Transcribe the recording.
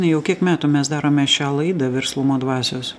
na jau kiek metų mes darome šią laidą verslumo dvasios